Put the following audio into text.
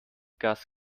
gas